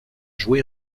joué